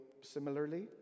similarly